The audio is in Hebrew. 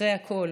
אחרי הכול,